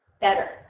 better